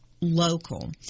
local